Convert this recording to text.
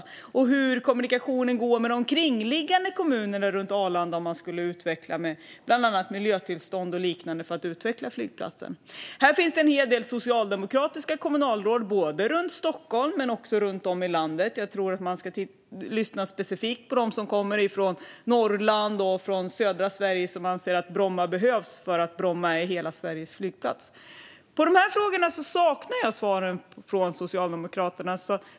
Jag undrar hur kommunikationen går med kommunerna runt Arlanda i fråga om miljötillstånd och liknande om man skulle utveckla flygplatsen. Här finns det en hel del socialdemokratiska kommunalråd, både runt Stockholm och runt om i landet, som man ska lyssna på. Och jag tror att man ska lyssna specifikt på dem som kommer från Norrland och från södra Sverige som anser att Bromma behövs för att Bromma är hela Sveriges flygplats. Jag saknar svar från Socialdemokraterna på dessa frågor.